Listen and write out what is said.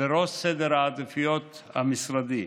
בראש סדר העדיפויות המשרדי.